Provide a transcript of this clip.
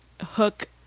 Hook